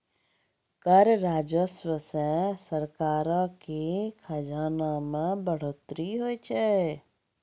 कर राजस्व से सरकारो के खजाना मे बढ़ोतरी होय छै